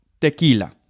tequila